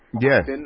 Yes